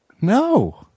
No